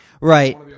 right